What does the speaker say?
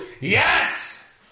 Yes